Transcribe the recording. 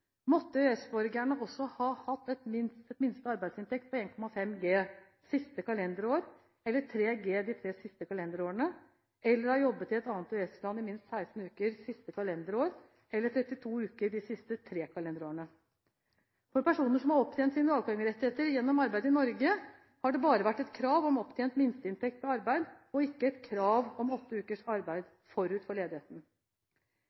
måtte EØS-borgere også ha hatt en minste arbeidsinntekt på 1,5 G siste kalenderår eller 3 G de tre siste kalenderårene eller ha jobbet i et annet EØS-land i minst 16 uker siste kalenderår eller 32 uker de tre siste kalenderårene. For personer som har opptjent sine dagpengerettigheter gjennom arbeid i Norge, har det bare vært et krav om opptjent minsteinntekt ved arbeid og ikke et krav om åtte ukers